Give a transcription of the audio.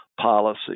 policy